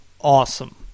awesome